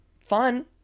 fun